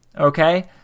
okay